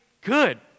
good